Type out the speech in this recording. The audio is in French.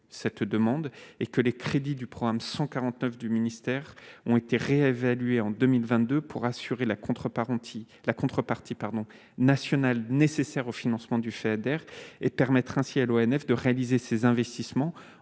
cette demande et que les crédits du programme 149 du ministère ont été réévalués en 2022 pour assurer la contrepartie la contrepartie pardon national nécessaires au financement du fait d'erreur et permettre ainsi à l'ONF de réaliser ces investissements